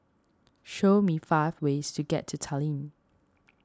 show me five ways to get to Tallinn